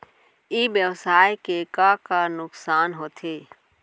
ई व्यवसाय के का का नुक़सान होथे?